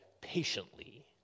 patiently